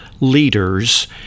leaders